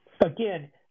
again